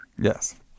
Yes